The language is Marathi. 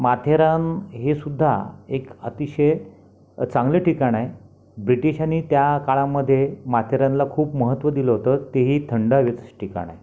माथेरान हे सुद्धा एक अतिशय चांगलं ठिकाण आहे ब्रिटिशांनी त्या काळामध्ये माथेरानला खूप महत्व दिलं होतं ते ही थंड हवेचंच ठिकाणं आहे